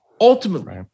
Ultimately